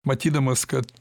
matydamas kad